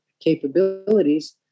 capabilities